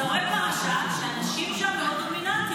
אתה רואה פרשה שהנשים בה מאוד דומיננטיות,